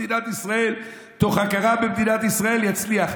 במדינת ישראל תוך הכרה במדינת ישראל יצליח.